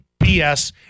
bs